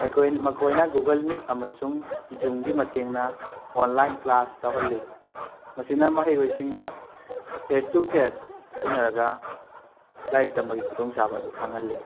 ꯑꯩꯈꯣꯏꯅ ꯃꯈꯣꯏꯅ Google Meet ꯑꯃꯁꯨꯡ ꯖꯨꯝꯒꯤ ꯃꯇꯦꯡꯅ ꯑꯣꯟꯂꯥꯏꯟ ꯀ꯭ꯂꯥꯁ ꯇꯧꯍꯜꯂꯤ ꯃꯁꯤꯅ ꯃꯍꯩꯔꯣꯏꯁꯤꯡꯗ ꯐꯦꯁ ꯇꯨ ꯐꯦꯁ ꯎꯅꯔꯒ ꯂꯥꯏꯔꯤꯛ ꯇꯝꯕꯒꯤ ꯈꯨꯗꯣꯡꯆꯥꯕ ꯑꯗꯨ ꯐꯪꯍꯜꯂꯤ